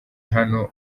hano